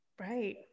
right